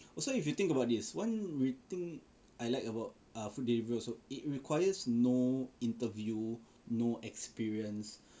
also if you think about this one thing I like about err food delivery also it requires no interview no experience